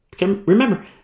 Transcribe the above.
Remember